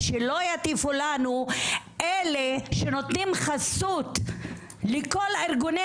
ושלא יטיפו לנו אלה שנותנים חסות לכל ארגוני